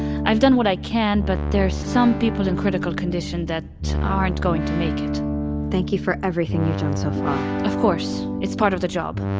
i've done what i can, but there are some people in critical condition that aren't going to make it thank you for everything you've done so far of course, it's part of the job.